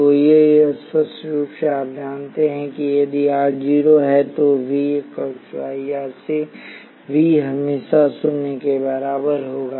तो ये स्पष्ट रूप से आप जानते हैं कि यदि R 0 है तो V IR से V हमेशा शून्य के बराबर होगा